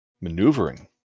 Maneuvering